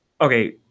okay